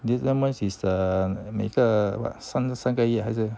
this one is err 每个 what 三三个月还是